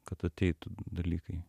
kad ateitų dalykai